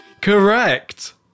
Correct